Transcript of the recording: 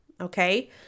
Okay